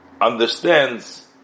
understands